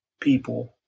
people